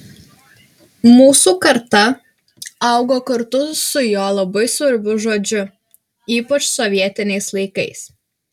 mūsų karta augo kartu su jo labai svarbiu žodžiu ypač sovietiniais laikais